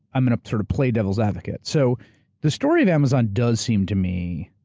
i'm going to sort of play devil's advocate. so the story of amazon does seem to me,